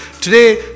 Today